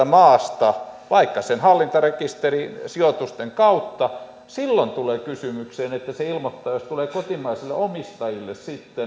maasta vaikka hallintarekisterisijoitusten kautta silloin tulee kysymykseen että se ilmoittaisi jos sitten tulee kotimaisille omistajille